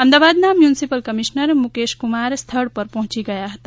અમદાવાદના municipal commissioner Mukesh Kumar સ્થળ ઉપર પહોંચી ગયા હતા